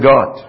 God